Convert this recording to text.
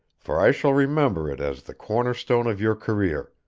for i shall remember it as the corner-stone of your career,